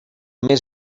més